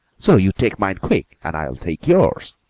so you take mine quick, and i will take yours.